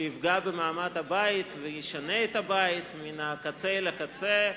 שיפגע במעמד הבית וישנה את הבית מן הקצה אל הקצה.